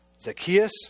Zacchaeus